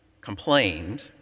complained